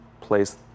place